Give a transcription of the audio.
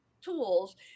tools